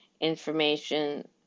information